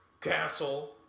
castle